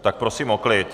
Tak prosím o klid!